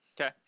Okay